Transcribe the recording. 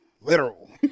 Literal